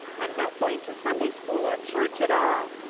i'm not going to sunday school or church at all.